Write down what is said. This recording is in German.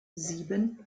sieben